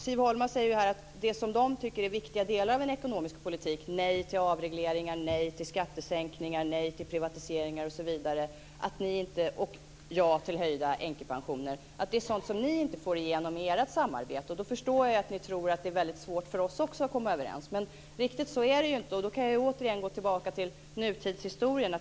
Siv Holma säger att det som de tycker är viktiga delar av en ekonomisk politik - nej till avregleringar, nej till skattesänkningar, nej till privatiseringar osv. och ja till höjda änkepensioner - är sådant som de inte får igenom i sitt samarbete. Då förstår jag att de tror att det är väldigt svårt också för oss att komma överens. Riktigt så är det inte. Jag kan åter gå tillbaka till nutidshistorien.